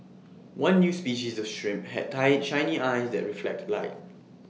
one new species of shrimp had shiny eyes that reflect light